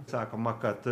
sakoma kad